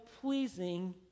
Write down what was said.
pleasing